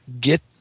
get